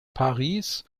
paris